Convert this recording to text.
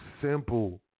simple